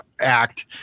act